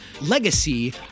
legacy